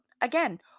again